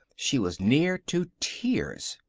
she was near to tears.